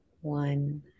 one